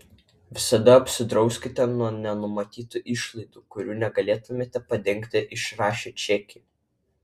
visada apsidrauskite nuo nenumatytų išlaidų kurių negalėtumėte padengti išrašę čekį